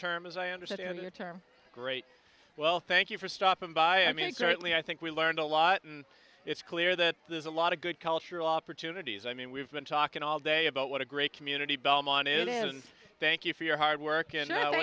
term as i understand their term great well thank you for stopping by i mean certainly i think we learned a lot and it's clear that there's a lot of good cultural opportunities i mean we've been talking all day about what a great community belmont is and thank you for your hard work